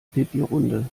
pipirunde